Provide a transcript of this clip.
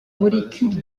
molécule